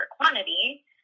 quantity